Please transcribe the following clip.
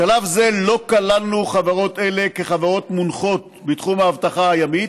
בשלב זה לא כללנו חברות אלה כחברות מונחות בתחום האבטחה הימית,